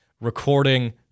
recording